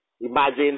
imagine